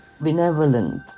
benevolent